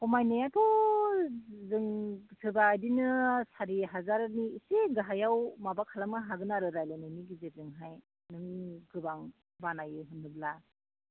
खमायनायाथ' जों सोरबा बेदिनो सारि हाजारनि एसे गाहायाव माबा खालामनो हागोन आरो रायज्लायनायनि गेजेरजोंहाय नों गोबां बानायो होनोब्ला